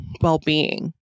well-being